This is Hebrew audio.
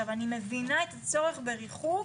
אני מבינה את הצורך בריחוק